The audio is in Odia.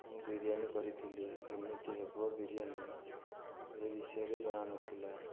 ମୁଁ ବିରିୟାନୀ କରିଥିଲି କେମିତି ହେବ ବିରିୟାନୀ ସେ ବିଷୟରେ ଜଣାନଥିଲା